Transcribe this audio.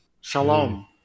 Shalom